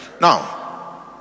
now